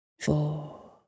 four